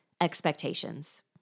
expectations